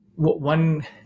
One